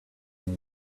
and